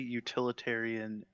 utilitarian